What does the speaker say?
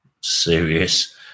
serious